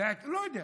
לא יודע,